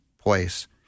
place